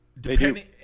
Depending